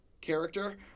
character